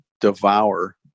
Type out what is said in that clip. devour